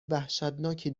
وحشتناکی